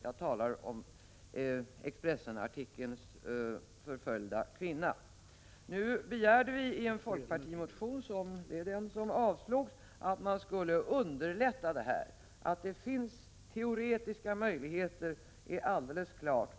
Jag talar om Expressens artikel om den förföljda kvinnan Anna. Vi begärde i en folkpartimotion som avslogs att man skulle underlätta byte av personnummer. Att det finns teoretiska möjligheter är alldeles klart.